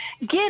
get